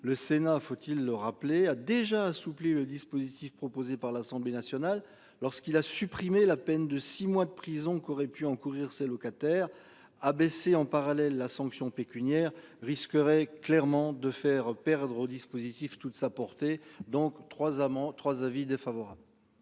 le Sénat, faut-il le rappeler a déjà assoupli le dispositif proposé par l'Assemblée nationale lorsqu'il a supprimé la peine de 6 mois de prison qu'auraient pu encourir ses locataires à baisser en parallèle la sanction pécuniaires risquerait clairement de faire perdre au dispositif toute sa portée. Donc 3 amant 3 avis défavorable.